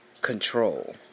control